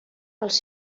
els